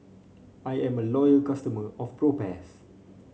I am a loyal customer of Propass